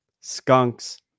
skunks